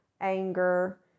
anger